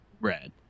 Red